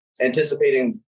anticipating